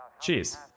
Cheers